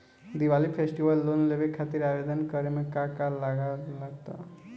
Diwali festival loan लेवे खातिर आवेदन करे म का का लगा तऽ?